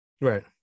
right